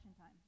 time